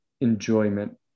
enjoyment